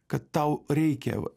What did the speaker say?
kad tau reikia